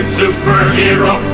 superhero